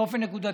באופן נקודתי.